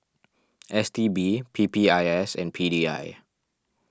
S T B P P I S and P D I